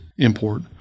import